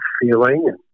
feeling